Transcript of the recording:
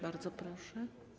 Bardzo proszę.